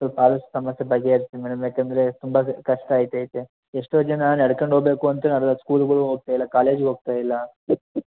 ಸ್ವಲ್ಪ ಆದಷ್ಟು ಸಮಸ್ಯೆ ಬಗೆಹರಿಸಿ ಮೇಡಮ್ ಏಕಂದ್ರೆ ತುಂಬ ಕಷ್ಟ ಆಗ್ತಾಯ್ತೆ ಎಷ್ಟೋ ಜನ ನಡ್ಕಂಡು ಹೋಗಬೇಕು ಅಂತ ಸ್ಕೂಲ್ಗೂ ಹೋಗ್ತಾಯಿಲ್ಲ ಕಾಲೇಜ್ಗೆ ಹೋಗ್ತಾಯಿಲ್ಲ